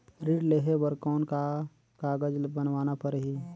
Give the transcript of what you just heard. ऋण लेहे बर कौन का कागज बनवाना परही?